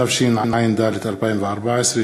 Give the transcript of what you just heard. התשע"ד 2014,